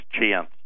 chance